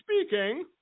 speaking